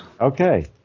Okay